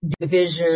division